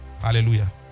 Hallelujah